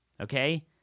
Okay